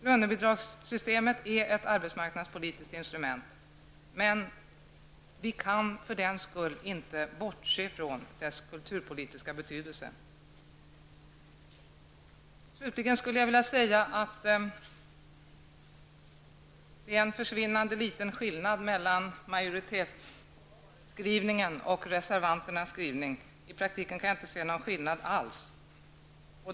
Lönebidragssystemet är ett arbetsmarknadspolitiskt instrument, men vi kan för den skull inte bortse från dess kulturpolitiska betydelse. Slutligen skulle jag vilja säga att det är en försvinnande liten skillnad mellan majoritetsskrivningen och reservanternas skrivning. I praktiken kan jag inte se någon skillnad alls.